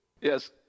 Yes